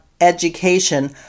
education